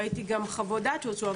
ראיתי גם חוות דעת שהוצאו.